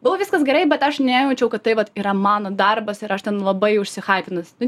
buvo viskas gerai bet aš nejaučiau kad tai vat yra mano darbas ir aš ten labai užsihakinus nu